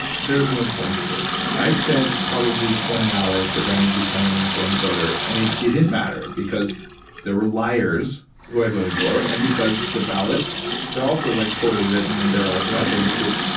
there's no point to this. i spend probably twenty hours preparing to become an informed voter, and it didn't matter because there were liars who i voted for and because the ballots, they're also like poorly written and they're all specialized groups,